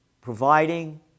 providing